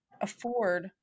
afford